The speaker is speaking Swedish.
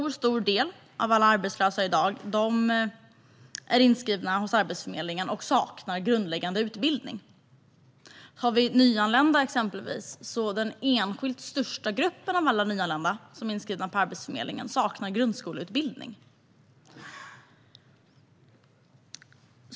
En stor del av alla som är arbetslösa i dag är inskrivna hos Arbetsförmedlingen och saknar grundläggande utbildning. Den enskilt största gruppen bland nyanlända som är inskrivna på Arbetsförmedlingen saknar grundskoleutbildning.